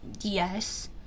Yes